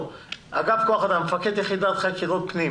באגף כוח אדם, מפקד יחידת חקירות פנים.